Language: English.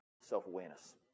self-awareness